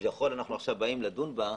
שכיכול אנו עכשיו באים לדון בה,